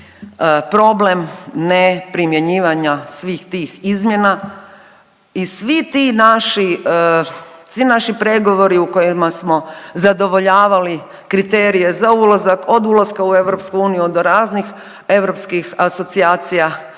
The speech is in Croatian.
problem neprimjenjivanja svih tih izmjena i svi ti naši, svi naši pregovori u kojima smo zadovoljavali kriterije za ulazak, od ulaska u EU do raznih europskih asocijacija